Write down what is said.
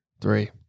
three